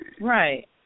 right